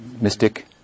Mystic